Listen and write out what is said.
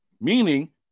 Meaning